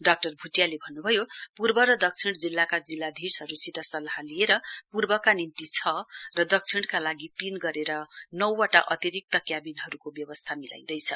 doctor भूटियाले भन्नुभयो पूर्व र दक्षिण जिल्लाका जिल्लाधीशहरूसित सल्लाह लिए पूर्वका निम्ति छ र दक्षिणका लागि तीन गरेर नौवटा अतिरिक्त क्याबिनहरूको व्यवस्था मिलाईँदैछ